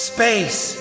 Space